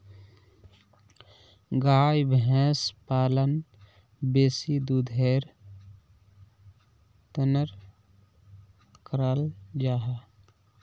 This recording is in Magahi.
गाय भैंस पालन बेसी दुधेर तंर कराल जाहा